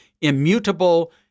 immutable